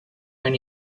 when